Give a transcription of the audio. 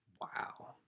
Wow